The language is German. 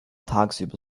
tagsüber